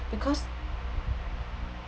because